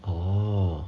oh